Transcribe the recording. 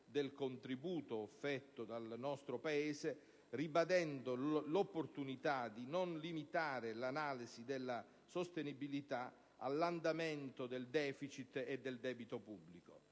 del contributo offerto dal nostro Paese, ribadendo l'opportunità di non limitare l'analisi della sostenibilità all'andamento del deficit e del debito pubblico.